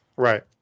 Right